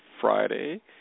Friday